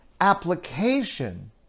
application